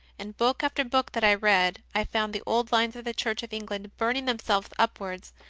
in book after book that i read i found the old lines of the church of england burning themselves upwards,